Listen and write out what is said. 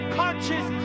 conscious